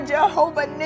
Jehovah